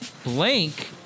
Blank